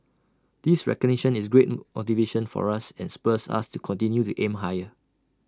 this recognition is great motivation for us and spurs us to continue to aim higher